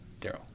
Daryl